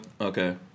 Okay